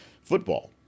football